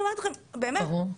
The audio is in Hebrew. ברור.